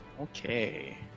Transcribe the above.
Okay